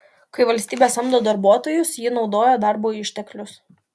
kai valstybė samdo darbuotojus ji naudoja darbo išteklius